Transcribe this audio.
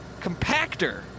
compactor